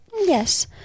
Yes